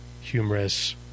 humorous